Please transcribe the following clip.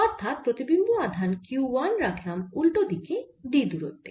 অর্থাৎ প্রতিবিম্ব আধান q 1 রাখলাম উল্টো দিকে d দূরত্বে